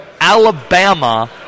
Alabama